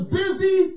busy